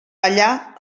allà